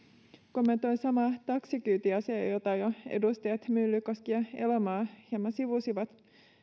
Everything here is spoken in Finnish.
kommentoin samaa taksikyytiasiaa jota jo edustajat myllykoski ja elomaa hieman sivusivat